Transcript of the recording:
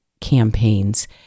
campaigns